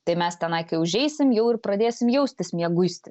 tai mes tenai kai užeisim jau ir pradėsim jaustis mieguisti